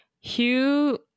Hugh